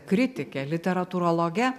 kritike literatūrologe